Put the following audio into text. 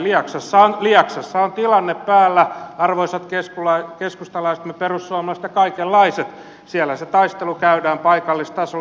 lieksassa on tilanne päällä arvoisat keskustalaiset me perussuomalaiset ja kaikenlaiset siellä se taistelu käydään paikallistasolla